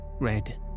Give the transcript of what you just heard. red